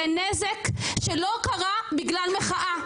זה נזק שלא קרה בגלל מחאה,